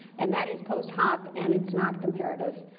and that is post hoc, and it's not comparative.